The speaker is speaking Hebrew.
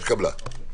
ההסתייגות לא התקבלה.